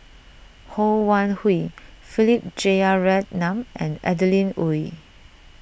Ho Wan Hui Philip Jeyaretnam and Adeline Ooi